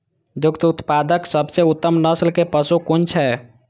दुग्ध उत्पादक सबसे उत्तम नस्ल के पशु कुन छै?